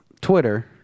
Twitter